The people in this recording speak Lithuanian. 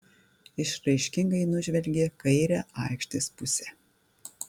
išraiškingai nužvelgė kairę aikštės pusę